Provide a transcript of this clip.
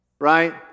Right